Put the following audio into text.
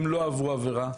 הם לא עברו עבירה.